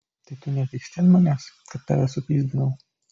tai tu nepyksti ant manęs kad tave supyzdinau